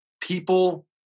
People